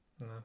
No